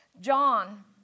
John